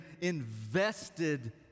invested